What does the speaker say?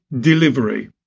delivery